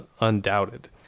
undoubted